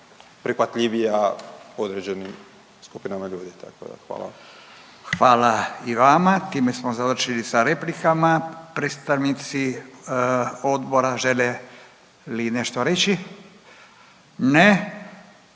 da hvala vam. **Radin, Furio (Nezavisni)** Hvala i vama, time smo završili sa replikama. Predstavnici odbora žele li nešto reći? Ne,